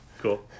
cool